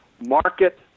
market